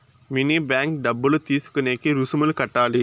mini bank డబ్బులు తీసుకునేకి రుసుములు కట్టాలి